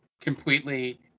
completely